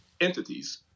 entities